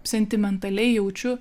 sentimentaliai jaučiu